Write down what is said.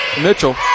Mitchell